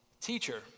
Teacher